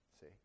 See